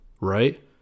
right